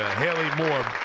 ah haley moore,